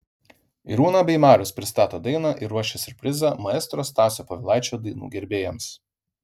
irūna bei marius pristato dainą ir ruošia siurprizą maestro stasio povilaičio dainų gerbėjams